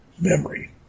memory